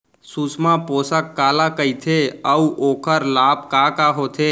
सुषमा पोसक काला कइथे अऊ ओखर लाभ का का होथे?